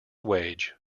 wage